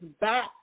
back